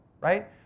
right